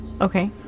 Okay